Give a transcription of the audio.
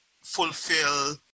fulfill